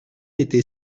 était